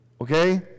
Okay